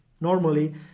normally